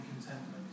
contentment